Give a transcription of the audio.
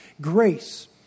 Grace